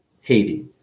Haiti